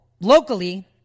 locally